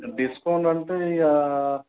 discount అంటే ఇక